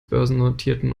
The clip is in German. börsennotierten